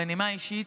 בנימה אישית,